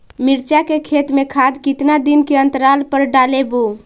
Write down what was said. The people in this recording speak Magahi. मिरचा के खेत मे खाद कितना दीन के अनतराल पर डालेबु?